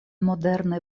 modernaj